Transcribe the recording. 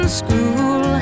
school